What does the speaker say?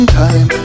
time